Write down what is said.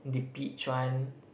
the peach one